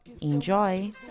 Enjoy